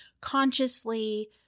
consciously